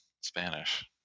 Spanish